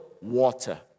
water